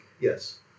Yes